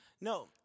no